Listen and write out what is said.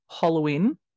Halloween